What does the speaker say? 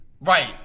Right